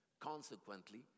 consequently